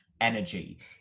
energy